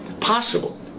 possible